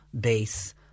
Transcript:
base